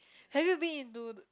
have you been into